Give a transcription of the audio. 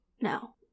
No